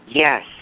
Yes